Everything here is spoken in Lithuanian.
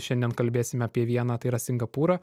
šiandien kalbėsim apie vieną tai yra singapūrą